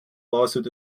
lawsuit